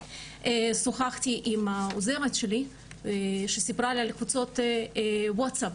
שוחחתי עם העוזרת שלי שסיפרה לי על קבוצות ווטסאפ